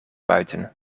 buiten